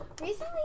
Recently